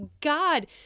God